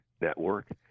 network